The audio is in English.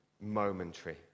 momentary